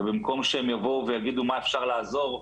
ובמקום שהם יבואו ויגידו: מה אפשר לעזור,